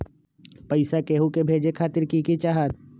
पैसा के हु के भेजे खातीर की की चाहत?